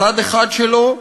צד אחד שלו,